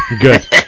Good